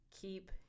Keep